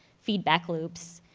feedback loops,